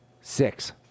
Six